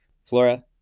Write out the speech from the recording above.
Flora